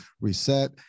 reset